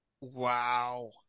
Wow